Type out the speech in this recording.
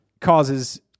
causes